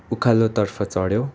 उकालोतर्फ चढ्यो